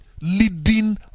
leading